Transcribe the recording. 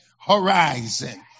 horizon